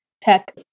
tech